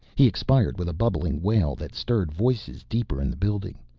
he expired with a bubbling wail that stirred voices deeper in the building.